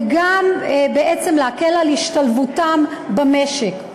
וגם בעצם להקל על השתלבותם במשק.